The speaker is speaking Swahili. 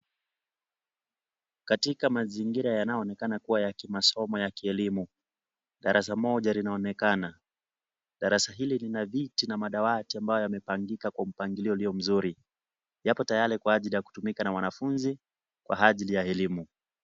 Katika mazingira yanyoonekana kuwa ya kimasomo ya kielimu darasa moja linaonekana darasa hili lina viti na madawati ambayo yamepangika kwa kwa mpangilio ulio mzuri yapo tayari kwa ajili ya kutumika na mwanafunzi kwa ajili ya elimu.